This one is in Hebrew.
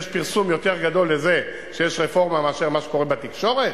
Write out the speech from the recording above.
יש פרסום יותר גדול מזה שיש רפורמה מאשר מה שקורה בתקשורת?